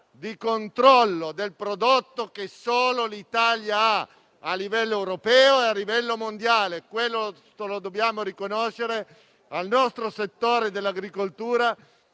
di controllo del prodotto che solo l'Italia ha a livello europeo e a livello mondiale. Questo lo dobbiamo riconoscere al nostro settore dell'agricoltura,